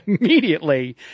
immediately